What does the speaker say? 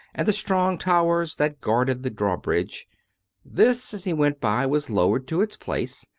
and the strong towers that guarded the drawbridge this, as he went by, was lowered to its place,